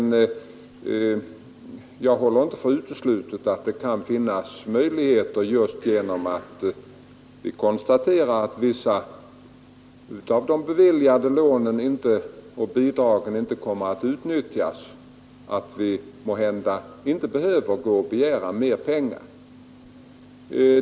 Jag håller det emellertid inte för uteslutet att vi, eftersom vissa av de beviljade lånen och bidragen inte kommer att utnyttjas, inte skall behöva begära mer pengar.